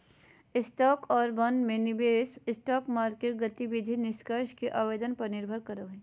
stock और bond में निवेश स्टॉक मार्केट गतिविधि निष्कर्ष के आवेदन पर निर्भर करो हइ